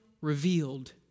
revealed